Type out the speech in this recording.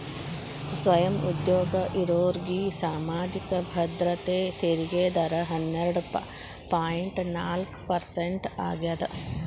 ಸ್ವಯಂ ಉದ್ಯೋಗ ಇರೋರ್ಗಿ ಸಾಮಾಜಿಕ ಭದ್ರತೆ ತೆರಿಗೆ ದರ ಹನ್ನೆರಡ್ ಪಾಯಿಂಟ್ ನಾಲ್ಕ್ ಪರ್ಸೆಂಟ್ ಆಗ್ಯಾದ